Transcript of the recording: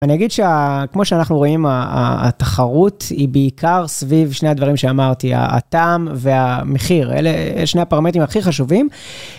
אני אגיד שכמו שאנחנו רואים, התחרות היא בעיקר סביב שני הדברים שאמרתי, הטעם והמחיר, אלה שני הפרמטים הכי חשובים.